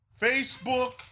Facebook